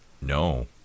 No